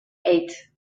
eight